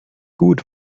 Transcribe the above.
gut